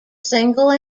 single